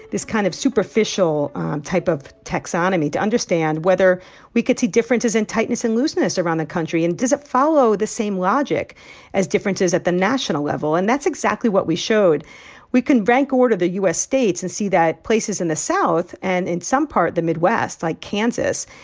this kind of superficial type of taxonomy, to understand whether we could see differences in tightness and looseness around the country? and does it follow the same logic as differences at the national level? and that's exactly what we showed we can rank order the u s. states and see that places in the south and in some part the midwest, like kansas,